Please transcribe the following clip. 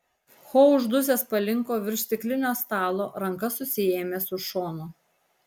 ho uždusęs palinko virš stiklinio stalo ranka susiėmęs už šono